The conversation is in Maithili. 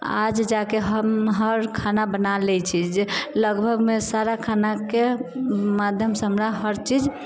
आज जाके हम हर खाना बना लै छी जे लगभगमे सारा खानाके माध्यमसँ हमरा हर चीज